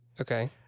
Okay